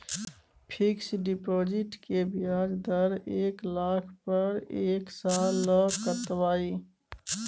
Fixed deposit के ब्याज दर एक लाख पर एक साल ल कतबा इ?